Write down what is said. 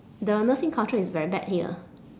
the nursing culture is very bad here